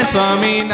Swami